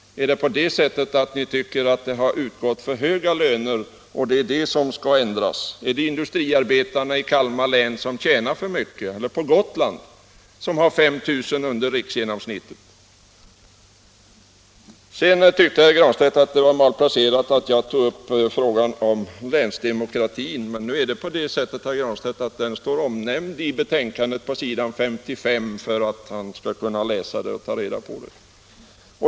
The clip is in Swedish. Tycker ni att det har utgått för höga löner och är det detta som skall ändras? Är det industriarbetarna i Kalmar län som tjänar för mycket? Eller på Gotland? Herr Granstedt tyckte det var malplacerat att jag tog upp frågan om länsdemokratin. Men nu är det på det sättet, herr Granstedt, att den står omnämnd på s. 55 i betänkandet — jag säger det för att herr Granstedt skall kunna ta reda på det.